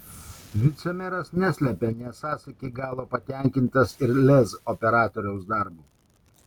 vicemeras neslepia nesąs iki galo patenkintas ir lez operatoriaus darbu